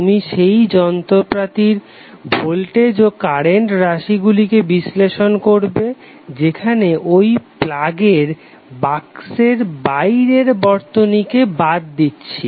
তুমি সেই যন্ত্রপাতির ভোল্টেজ ও কারেন্ট রাশিগুলিকে বিশ্লেষণ করবে যেখানে ঐ প্লাগের বাক্সের বাইরের বর্তনীকে বাদ দিচ্ছি